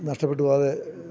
നഷ്ടപ്പെട്ടുപോവാതെ